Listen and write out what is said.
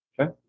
Okay